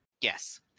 Yes